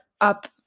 up